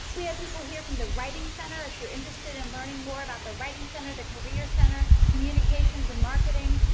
we have people here from the writing center, if you're interested in learning more about the writing center, the career center, communications and marketing,